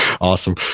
Awesome